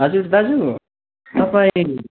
हजुर दाजु तपाईँ